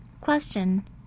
Question